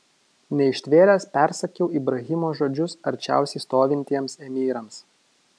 neištvėręs persakiau ibrahimo žodžius arčiausiai stovintiems emyrams